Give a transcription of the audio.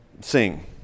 sing